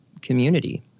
community